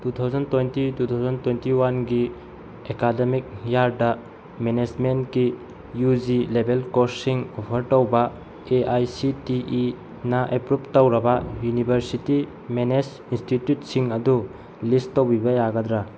two thousand twenty two thousand twenty ꯋꯥꯟꯒꯤ academic ꯏꯌꯥꯔꯗ ꯃꯦꯅꯦꯁꯃꯦꯟꯒꯤ ꯌꯨ ꯖꯤ ꯂꯦꯕꯦꯜ ꯀꯣꯔꯁꯁꯤꯡ ꯑꯣꯐꯔ ꯇꯧꯕ ꯑꯦ ꯑꯥꯏ ꯁꯤ ꯇꯤ ꯏꯅ ꯑꯦꯄ꯭ꯔꯨꯐ ꯇꯧꯔꯕ ꯌꯨꯅꯤꯕꯔꯁꯤꯇꯤ ꯃꯦꯅꯦꯖ ꯏꯟꯁꯇꯤꯇ꯭ꯌꯨꯠꯁꯤꯡ ꯑꯗꯨ ꯂꯤꯁ ꯇꯧꯕꯤꯕ ꯌꯥꯒꯗ꯭ꯔꯥ